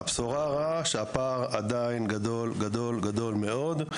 הבשורה הרעה שהפער עדיין גדול מאוד,